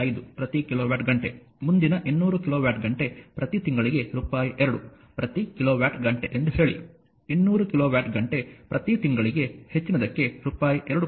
5 ಪ್ರತಿ ಕಿಲೋವ್ಯಾಟ್ ಘಂಟೆ ಮುಂದಿನ 200 ಕಿಲೋವ್ಯಾಟ್ ಘಂಟೆ ಪ್ರತಿ ತಿಂಗಳಿಗೆ ರೂಪಾಯಿ 2 ಪ್ರತಿ ಕಿಲೋವ್ಯಾಟ್ ಘಂಟೆ ಎಂದು ಹೇಳಿ 200 ಕಿಲೋವ್ಯಾಟ್ ಘಂಟೆ ಪ್ರತಿ ತಿಂಗಳಿಗೆ ಹೆಚ್ಚಿನದಕ್ಕೆ ರೂಪಾಯಿ 2